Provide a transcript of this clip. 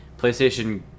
PlayStation